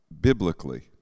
biblically